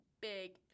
big